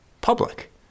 public